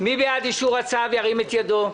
מי בעד אישור הצו ירים את ידו.